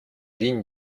ligne